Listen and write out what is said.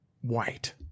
white